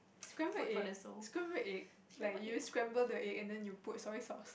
scramble egg scramble egg like you scramble the egg and then you put soy sauce